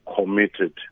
committed